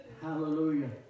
Hallelujah